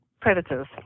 predators